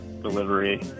delivery